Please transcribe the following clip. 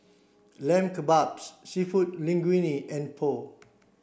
Lamb Kebabs Seafood Linguine and Pho